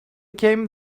came